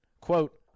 Quote